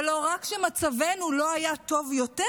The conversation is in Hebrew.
ולא רק שמצבנו לא היה טוב יותר,